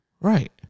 right